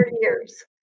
years